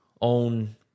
own